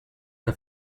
que